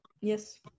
Yes